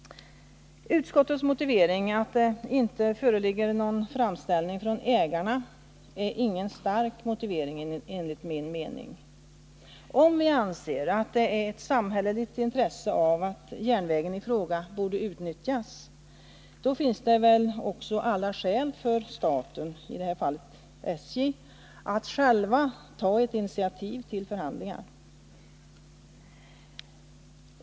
Utskottets motivering att det inte föreligger någon framställning från ägarna är ingen stark motivering enligt min mening. Om vi anser att det är ett samhälleligt intresse att järnvägen i fråga utnyttjas, då finns det väl också alla skäl för staten — i det här fallet SJ — att själv ta ett initiativ till förhandlingar.